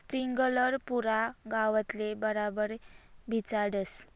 sprinkler पुरा गावतले बराबर भिजाडस